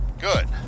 Good